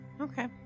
Okay